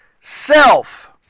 self